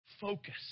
focus